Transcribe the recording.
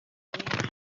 benshi